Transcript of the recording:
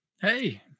Hey